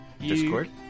discord